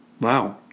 Wow